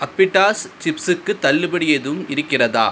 அப்பிடாஸ் சிப்ஸுக்கு தள்ளுபடி எதுவும் இருக்கிறதா